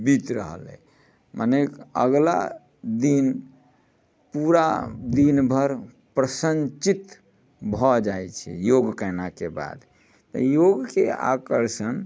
बीत रहल अइ मने अगिला दिन पूरा दिन भर प्रसन्नचित्त भऽ जाइ छै योग केनाके बाद तऽ योगके आकर्षण